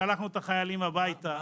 שלחנו את החיילים הביתה.